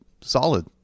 solid